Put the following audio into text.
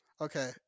Okay